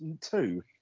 two